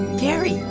gary,